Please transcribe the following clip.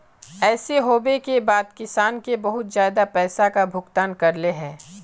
ऐसे होबे के बाद किसान के बहुत ज्यादा पैसा का भुगतान करले है?